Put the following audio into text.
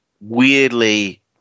weirdly